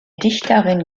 dichterin